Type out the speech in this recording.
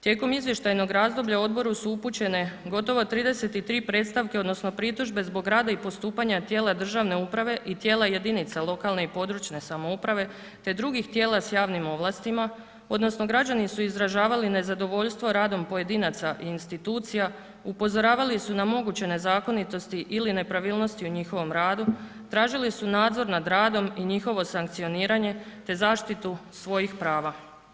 Tijekom izvještajnog razdoblja odboru su upućene gotovo 33 predstavke odnosno pritužbe zbog rada i postupanja tijela državne uprave i tijela jedinica lokalne i područne samouprave te drugih tijela s javnim ovlastima odnosno građani su izražavali nezadovoljstvo radom pojedinaca i institucija, upozoravali su na moguće nezakonitosti ili nepravilnosti u njihovom radu, tražili su nadzor nad radom i njihovo sankcioniranje te zaštitu svojih prava.